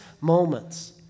moments